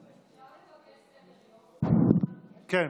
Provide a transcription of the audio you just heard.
בבקשה,